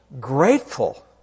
grateful